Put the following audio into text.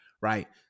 right